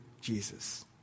Jesus